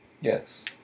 Yes